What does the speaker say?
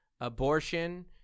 abortion